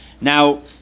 Now